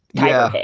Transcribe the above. yeah.